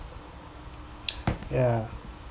ya